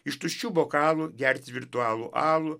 iš tuščių bokalų gerti virtualų alų